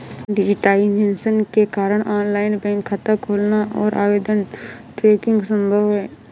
digitisation के कारण online bank खाता खोलना और आवेदन ट्रैकिंग संभव हैं